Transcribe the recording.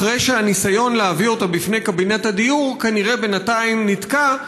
אחרי שהניסיון להביא אותו לפני קבינט הדיור בינתיים כנראה נתקע,